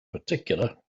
particular